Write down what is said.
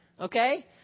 Okay